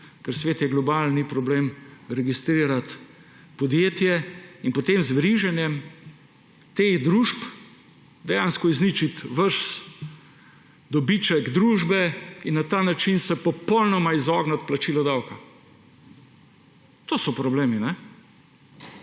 danes tudi v tujini ni problem registrirati podjetja in potem z veriženjem teh družb dejansko izničiti ves dobiček družbe in se na ta način popolnoma izogniti plačilu davka. To so problemi. Še